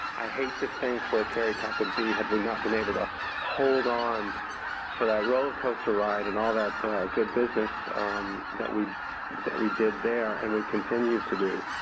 i hate to think where caricap would be had we not been able to hold on for that roller coaster ride and all that good business that we that we did there and we continue to do.